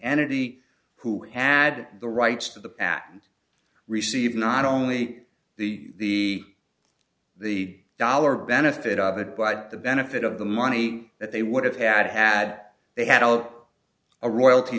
entity who had the rights to the patent received not only the the dollar benefit of it but the benefit of the money that they would have had had they had all of a royalty